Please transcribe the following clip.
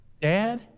Dad